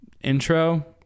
intro